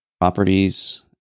properties